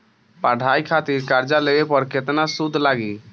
पढ़ाई खातिर कर्जा लेवे पर केतना सूद लागी?